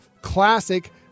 classic